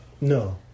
No